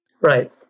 Right